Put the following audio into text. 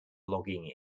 logging